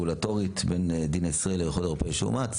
רגולטורית בין דין ישראלי לאיחוד אירופי שאומץ,